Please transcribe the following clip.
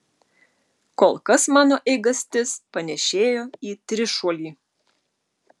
kol kas mano eigastis panėšėjo į trišuolį